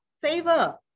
favor